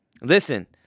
listen